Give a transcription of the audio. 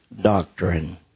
doctrine